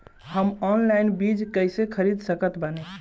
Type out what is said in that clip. हम ऑनलाइन बीज कइसे खरीद सकत बानी?